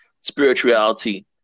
spirituality